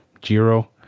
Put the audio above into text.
Jiro